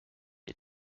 est